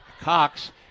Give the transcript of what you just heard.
Cox